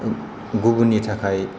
गुबुननि थाखाय